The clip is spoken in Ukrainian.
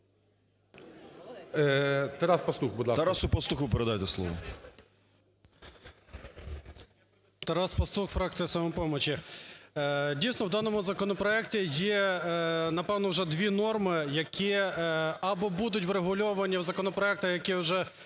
Тарасу Пастуху передайте слово.